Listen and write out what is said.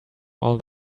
all